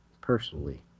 personally